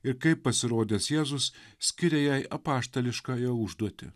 ir kaip pasirodęs jėzus skiria jai apaštališkąją užduotį